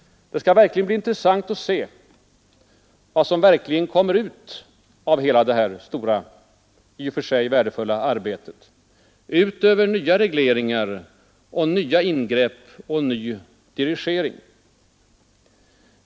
Det skall verkligen bli intressant att se vad som kommer ut av detta stora och i och för sig värdefulla arbete — utöver nya regleringar, nya ingrepp och ny dirigering.